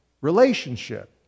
relationship